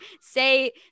say